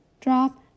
drop